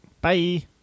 Bye